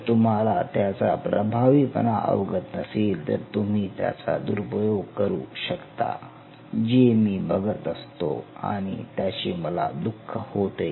जर तुम्हाला त्याचा प्रभावीपणा अवगत नसेल तर तुम्ही त्याचा दुरुपयोग करू शकता जे मी बघत असतो आणि त्याचे मला दुःख होते